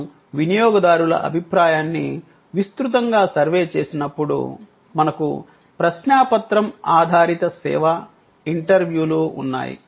మనం వినియోగదారుల అభిప్రాయాన్ని విస్తృతంగా సర్వే చేసినప్పుడు మనకు ప్రశ్నాపత్రం ఆధారిత సేవ ఇంటర్వ్యూలు ఉన్నాయి